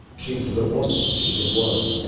she was a good woman, she just was.